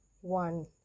one